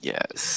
Yes